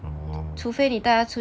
oh